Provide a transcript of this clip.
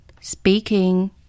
Speaking